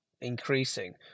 increasing